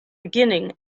beginning